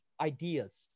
ideas